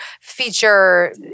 feature